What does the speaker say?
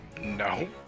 No